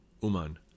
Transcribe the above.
Uman